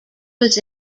was